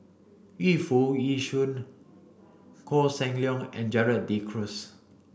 Yu Foo Yee Shoon Koh Seng Leong and Gerald De Cruz